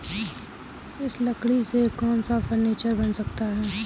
इस लकड़ी से कौन सा फर्नीचर बन सकता है?